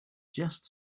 just